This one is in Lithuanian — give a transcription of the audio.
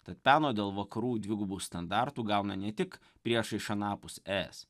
tad peno dėl vakarų dvigubų standartų gauna ne tik priešai iš anapus es